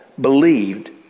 believed